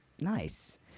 nice